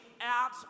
out